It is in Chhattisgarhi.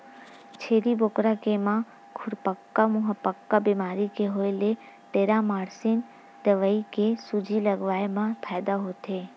छेरी बोकरा के म खुरपका मुंहपका बेमारी के होय ले टेरामारसिन दवई के सूजी लगवाए मा फायदा होथे